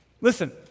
Listen